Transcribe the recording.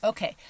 Okay